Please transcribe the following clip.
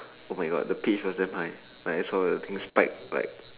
oh my God the pitch wasn't mine I saw the thing spike like